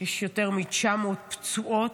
יש יותר מ-900 פצועות.